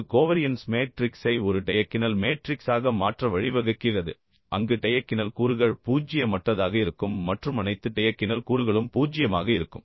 இது கோவரியன்ஸ் மேட்ரிக்ஸை ஒரு டையக்கினல் மேட்ரிக்ஸாக மாற்ற வழிவகுக்கிறது அங்கு டையக்கினல் கூறுகள் பூஜ்ஜியமற்றதாக இருக்கும் மற்றும் அனைத்து டையக்கினல் கூறுகளும் பூஜ்ஜியமாக இருக்கும்